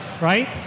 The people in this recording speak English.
right